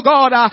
God